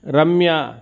रम्या